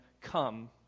come